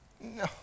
No